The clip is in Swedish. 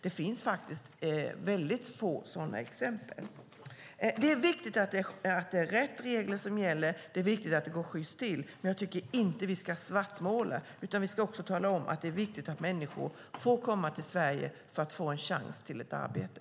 Det finns faktiskt väldigt få sådana exempel. Det är viktigt att det är rätt regler som gäller. Det är viktigt att det går sjyst till, men jag tycker inte att vi ska svartmåla, utan vi ska tala om att det är viktigt att människor får komma till Sverige för att få en chans till ett arbete.